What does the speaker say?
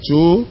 Two